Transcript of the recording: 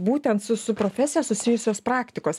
būtent su su profesija susijusios praktikos